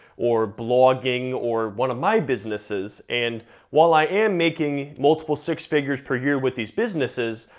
or blogging, or one of my businesses, and while i am making multiple six figures per year with these businesses,